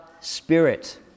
Spirit